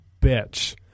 bitch